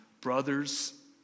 brothers